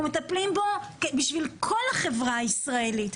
מטפלים בו בשביל כל החברה הישראלית,